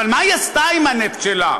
אבל מה היא עשתה עם הנפט שלה?